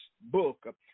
book